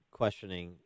questioning